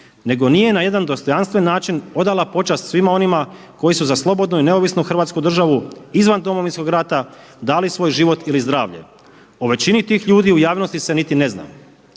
nego nije na jedan dostojanstven način odala počast svima onima koji su za slobodnu i neovisnu Hrvatsku državu izvan Domovinskog rata dali svoj život ili zdravlje o većini tih ljudi u javnosti se niti ne zna.